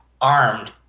armed